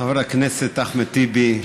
חבר הכנסת אחמד טיבי,